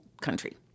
Country